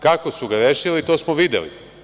Kako su ga rešili to smo videli.